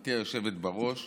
חברתי היושבת בראש,